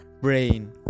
brain